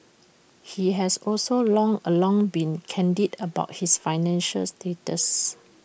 he has also long all along been candid about his financial status